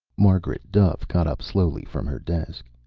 margaret duffe got up slowly from her desk.